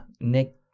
nick